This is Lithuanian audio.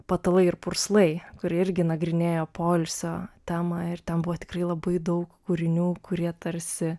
patalai ir purslai kuri irgi nagrinėjo poilsio temą ir ten buvo tikrai labai daug kūrinių kurie tarsi